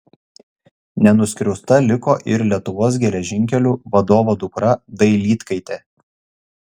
nenuskriausta liko ir lietuvos geležinkelių vadovo dukra dailydkaitė